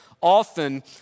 often